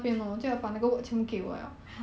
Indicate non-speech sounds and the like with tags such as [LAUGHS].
[LAUGHS]